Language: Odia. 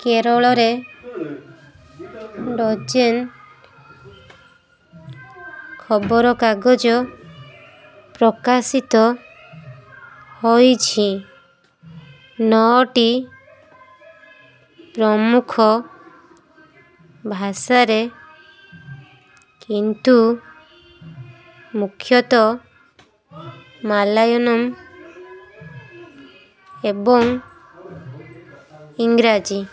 କେରଳରେ ଡଜେନ୍ ଖବରକାଗଜ ପ୍ରକାଶିତ ହୋଇଛି ନଅଟି ପ୍ରମୁଖ ଭାଷାରେ କିନ୍ତୁ ମୁଖ୍ୟତଃ ମାଲାୟାଲମ ଏବଂ ଇଂରାଜୀ